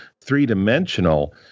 three-dimensional